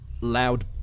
loud